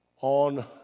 on